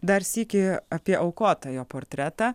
dar sykį apie aukotojo portretą